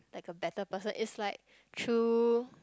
a better person it's like through